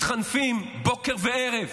מתחנפים בוקר וערב